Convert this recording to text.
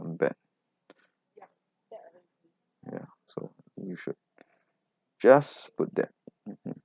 mm bad ya so you should just put that mm mm